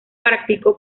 practicó